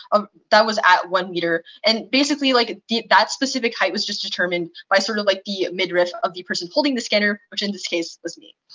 um that was at one meter. and basically, like that specific height was just determined by sort of like the midriff of the person holding the scanner, which, in this case, was me.